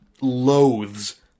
loathes